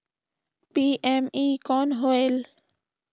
PME कौन होयल?